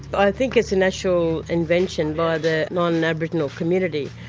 i think it's an actual invention by the non-aboriginal community.